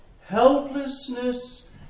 helplessness